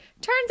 turns